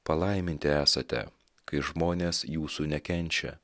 palaiminti esate kai žmonės jūsų nekenčia